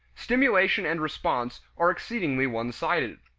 stimulation and response are exceedingly one-sided.